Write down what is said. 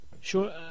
Sure